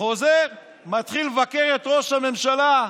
חוזר ומתחיל לבקר את ראש הממשלה.